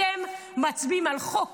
אתם מצביעים על חוק